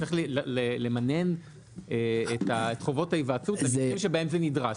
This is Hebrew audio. צריך למנן את חובות ההיוועצות למקרים שבהם זה נדרש.